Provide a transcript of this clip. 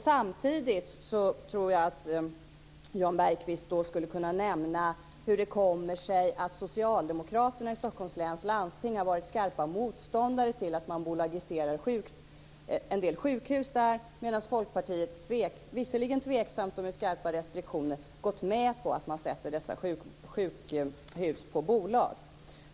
Samtidigt tror jag att Jan Bergqvist då skulle kunna nämna hur det kommer sig att socialdemokraterna i Stockholms läns landsting har varit skarpa motståndare till att man bolagiserar en del sjukhus där medan Folkpartiet, visserligen tveksamt och med skarpa restriktioner, gått med på att man sätter dessa sjukhus på bolag.